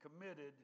committed